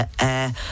air